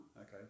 Okay